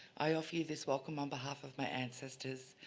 i offer you this welcome on behalf of my ancestors,